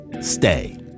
stay